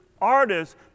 Artists